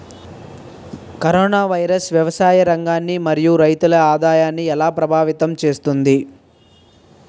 Corona virus వ్యవసాయ రంగాన్ని మరియు రైతుల ఆదాయాన్ని ఎలా ప్రభావితం చేస్తుంది?